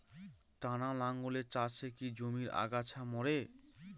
টানা লাঙ্গলের চাষে কি জমির আগাছা মরে?